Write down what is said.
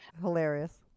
Hilarious